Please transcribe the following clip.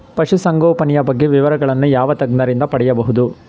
ಪಶುಸಂಗೋಪನೆಯ ಬಗ್ಗೆ ವಿವರಗಳನ್ನು ಯಾವ ತಜ್ಞರಿಂದ ಪಡೆಯಬಹುದು?